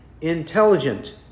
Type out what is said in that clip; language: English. intelligent